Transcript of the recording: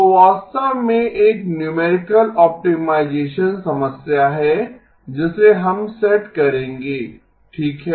तो वास्तव में एक न्यूमेरिकल ऑप्टिमाइजेसन समस्या है जिसे हम सेट करेंगे ठीक है